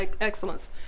excellence